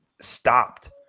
stopped